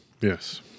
Yes